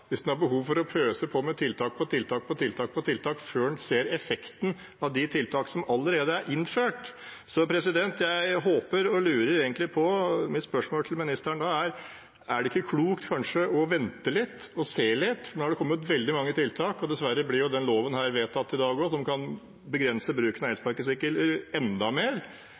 hvis han har behov for å pøse på med tiltak på tiltak før han ser effekten av de tiltakene som allerede er innført. Jeg håper og lurer litt, og mitt spørsmål til ministeren er: Er det ikke klokt kanskje å vente og se litt, for nå har det kommet veldig mange tiltak? Dessverre blir denne loven som kan begrense bruken av elsparkesykkel enda mer, vedtatt i dag. Burde man ikke se effekten av